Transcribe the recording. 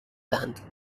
دهند